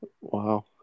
Wow